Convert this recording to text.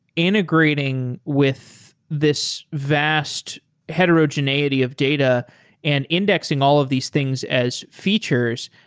integrating with this vast heterogeneity of data and indexing all of these things as features,